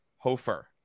Hofer